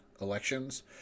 elections